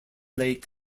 lake